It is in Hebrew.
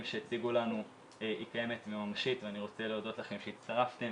שהציגו לנו היא קיימת וממשית ואני רוצה להודות לכם שהצטרפתם.